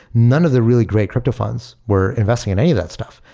none of the really great crypto funds were investing in any of that stuff.